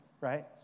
right